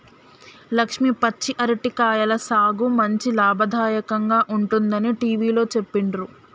లక్ష్మి పచ్చి అరటి కాయల సాగు మంచి లాభదాయకంగా ఉంటుందని టివిలో సెప్పిండ్రు